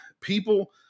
people